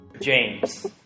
James